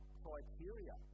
criteria